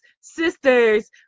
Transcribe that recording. sister's